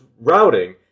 routing